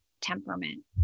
temperament